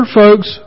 folks